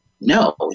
No